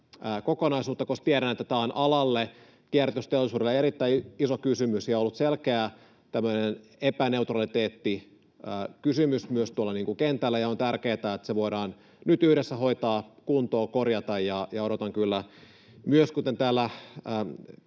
koska tiedän, että tämä on alalle, kierrätysteollisuudelle, erittäin iso kysymys ja ollut selkeä tämmöinen epäneutraliteettikysymys myös tuolla kentällä. On tärkeätä, että se voidaan nyt yhdessä hoitaa kuntoon, korjata. Ja odotan kyllä myös, kuten täällä